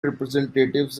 representatives